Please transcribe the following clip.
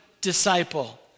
disciple